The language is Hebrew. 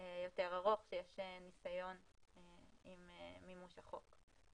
יותר ארוך כשיש ניסיון עם מימוש החוק.